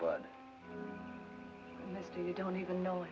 but you don't even know